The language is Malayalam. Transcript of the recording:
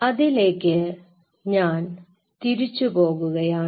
അതിലേക്ക് ഞാൻ തിരിച്ചു പോകുകയാണ്